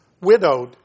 widowed